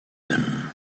him